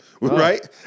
Right